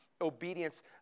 obedience